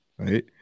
Right